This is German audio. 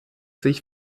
sich